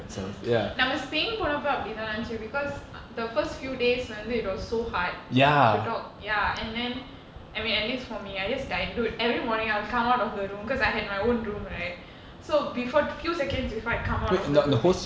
mm நாம:naama spain போனப்பஅப்படிதாஇருந்துச்சு:ponappa apaditha irundhuchu because the first few days வந்து:vandhu was so hard to talk ya and then I mean at least for me I just died dude every morning I'll come out of the room cause I had my own room right so before few seconds before I come out of my room